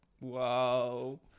Wow